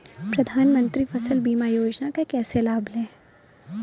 प्रधानमंत्री फसल बीमा योजना का लाभ कैसे लें?